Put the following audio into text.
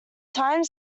time